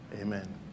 amen